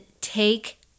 take